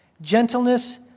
gentleness